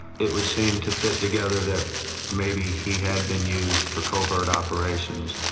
it would seem to fit together that maybe he had been used for covert operations.